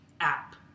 app